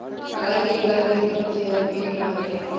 पलाई के दीवार, बिस्तर, कुर्सी अउरी मेज भी बनेला